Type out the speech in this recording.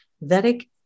Vedic